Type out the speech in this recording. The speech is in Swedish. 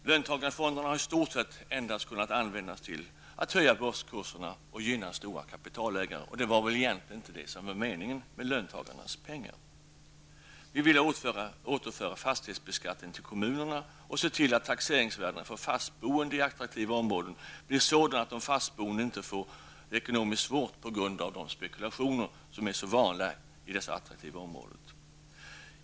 Löntagarfonderna har i stort sett endast kunnat användas till att höja börskurserna och gynna stora kapitalägare. Det var väl egentligen inte det som var meningen med löntagarnas pengar. Vi vill återföra fastighetsbeskattningen till kommunerna och se till att taxeringsvärdena för bofasta i attraktiva områden blir sådana att de bofasta inte får det ekonomiskt svårt på grund av de spekulationer som är så vanliga i dessa attraktiva områden.